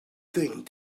thing